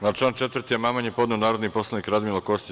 Na član 4. amandman je podneo narodni poslanik Radmilo Kostić.